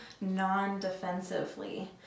non-defensively